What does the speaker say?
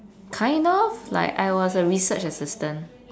kind of like I was a research assistant